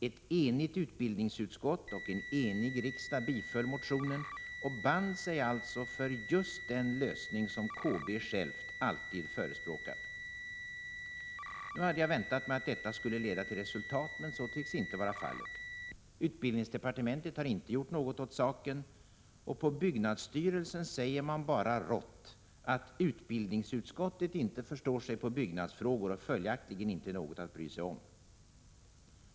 Ett enigt utbildningsutskott och en enig riksdag biföll motionen och band sig alltså för just den lösning som KB självt alltid förespråkat. Nu hade jag väntat mig att detta skulle leda till resultat, men så tycks inte vara fallet. Utbildningsdepartementet har inte gjort något åt saken, och på byggnadsstyrelsen säger man bara rått att ”utbildningsutskottet inte förstår sig på byggnadsfrågor och följaktligen inte är något att bry sig om”.